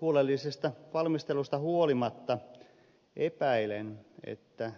huolellisesta valmistelusta huolimatta epäilen että